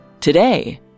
Today